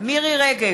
מירי רגב,